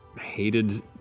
hated